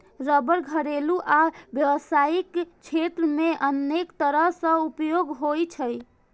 रबड़ घरेलू आ व्यावसायिक क्षेत्र मे अनेक तरह सं उपयोगी होइ छै